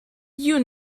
you